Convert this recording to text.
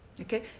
Okay